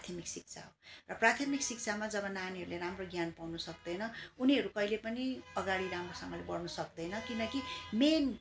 प्राथमिक शिक्षा हो र प्राथमिक शिक्षामा जब नानीहरूले राम्रो ज्ञान पाउनु सक्दैन उनीहरू कहिले पनि अगाडि राम्रोसँगले बढ्नु सक्दैन किनकि मेन